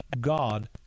God